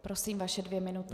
Prosím, vaše dvě minuty.